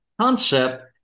concept